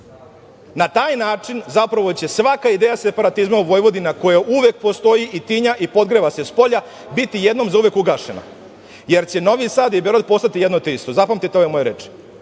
Na taj način zapravo će svaka ideja separatizma u Vojvodini koja uvek postoji i tinja i podgreva se spolja biti jednom zauvek ugašena, jer će Novi Sad i Beograd postati jedno te isto. Zapamtite ove moje reči. To